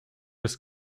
des